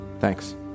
Thanks